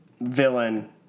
villain